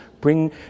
bring